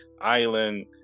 island